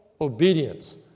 obedience